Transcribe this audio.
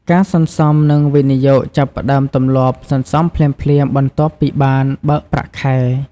ការសន្សំ និងវិនិយោគចាប់ផ្ដើមទម្លាប់សន្សំភ្លាមៗបន្ទាប់ពីបានបើកប្រាក់ខែ។